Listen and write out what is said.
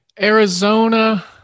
Arizona